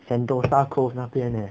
sentosa cove 那边 leh